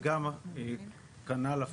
וגם כנ"ל הפוך,